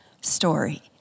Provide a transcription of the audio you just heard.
story